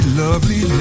lovely